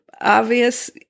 obvious